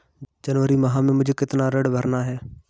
जनवरी माह में मुझे कितना ऋण भरना है?